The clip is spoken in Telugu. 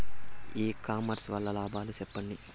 ఇ కామర్స్ వల్ల లాభాలు సెప్పండి?